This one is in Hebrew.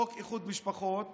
חוק איחוד משפחות